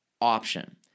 option